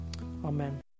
Amen